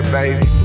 baby